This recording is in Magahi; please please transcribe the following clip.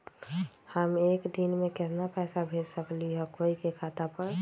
हम एक दिन में केतना पैसा भेज सकली ह कोई के खाता पर?